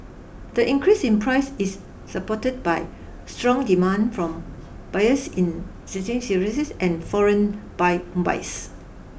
the increase in price is supported by strong demand from buyers in and foreign buy buys